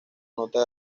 nota